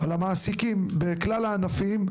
על המעסיקים בכלל הענפים,